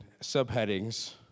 subheadings